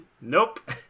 Nope